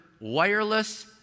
wireless